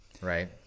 right